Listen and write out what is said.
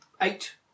Eight